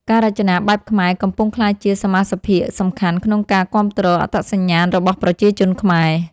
ការរចនាបែបខ្មែរកំពុងក្លាយជាសមាសភាគសំខាន់ក្នុងការគាំទ្រអត្តសញ្ញាណរបស់ប្រជាជនខ្មែរ។